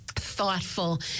thoughtful